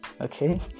Okay